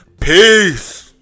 Peace